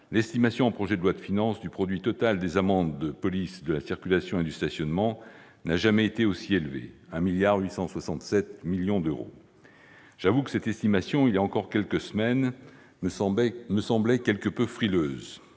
l'estimation, en projet de loi de finances, du produit total des amendes de la police de la circulation et du stationnement n'a jamais été aussi élevée : elle atteint 1 867 millions d'euros. J'avoue que cette estimation, il y a encore quelques semaines, me semblait quelque peu frileuse.